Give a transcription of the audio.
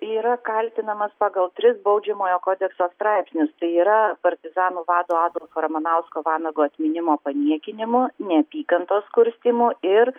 yra kaltinamas pagal tris baudžiamojo kodekso straipsnius tai yra partizanų vado adolfo ramanausko vanago atminimo paniekinimo neapykantos kurstymo ir